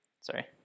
sorry